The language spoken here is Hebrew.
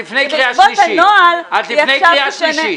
ובעקבות הנוהל היא עכשיו תשנה --- את לפני קריאה שלישית.